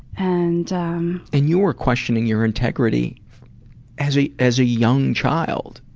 and and you were questioning your integrity as a as a young child.